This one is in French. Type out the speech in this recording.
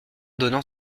donnant